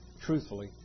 truthfully